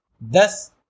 Thus